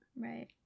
Right